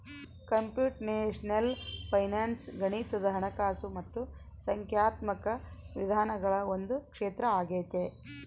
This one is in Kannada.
ಕಂಪ್ಯೂಟೇಶನಲ್ ಫೈನಾನ್ಸ್ ಗಣಿತದ ಹಣಕಾಸು ಮತ್ತು ಸಂಖ್ಯಾತ್ಮಕ ವಿಧಾನಗಳ ಒಂದು ಕ್ಷೇತ್ರ ಆಗೈತೆ